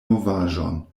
novaĵon